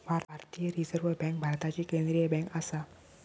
भारतीय reserve bank भारताची केंद्रीय बँक आसा